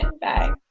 Bye